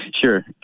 Sure